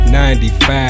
95